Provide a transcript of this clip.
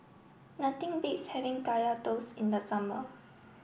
nothing beats having Kaya Toast in the summer